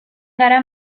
gara